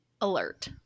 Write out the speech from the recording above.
alert